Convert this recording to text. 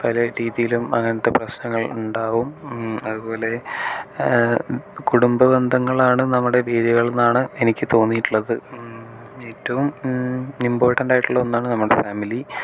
പല രീതിയിലും അങ്ങനത്തെ പ്രശ്ങ്ങൾ ഉണ്ടാവും അതുപോലെ കുടുംബ ബന്ധങ്ങളാണ് നമ്മുടെ വേരുകളെന്നാണ് എനിക്ക് തോന്നിയിട്ടുള്ളത് ഏറ്റവും ഇമ്പോർട്ടന്റായിട്ടുള്ള ഒന്നാണ് നമ്മുടെ ഫാമിലി